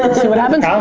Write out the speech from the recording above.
and see what happens.